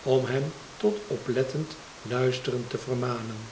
om hem tot oplettend luisteren te vermanen